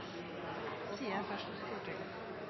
seier, at ein